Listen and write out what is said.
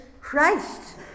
Christ